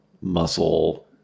muscle